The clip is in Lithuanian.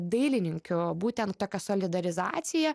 dailininkių būtent tokią solidarizaciją